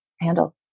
handle